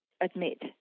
admit